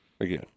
again